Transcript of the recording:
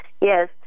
yes